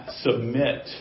submit